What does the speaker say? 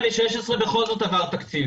עמיר, מ-2016 בכל זאת עבר תקציב.